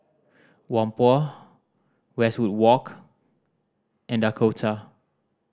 Whampoa Westwood Walk and Dakota